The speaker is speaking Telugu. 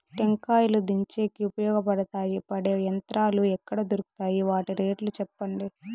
టెంకాయలు దించేకి ఉపయోగపడతాయి పడే యంత్రాలు ఎక్కడ దొరుకుతాయి? వాటి రేట్లు చెప్పండి?